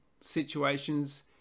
situations